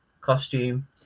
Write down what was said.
costume